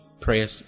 prayers